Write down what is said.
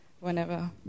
whenever